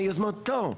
מיוזמתו,